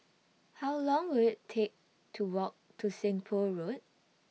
How Long Will IT Take to Walk to Seng Poh Road